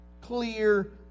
clear